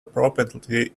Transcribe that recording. property